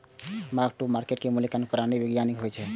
mark to market मूल्यांकन प्रणाली वैधानिक होइ छै